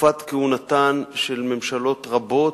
בתקופת כהונתן של ממשלות רבות,